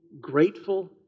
grateful